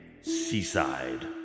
Seaside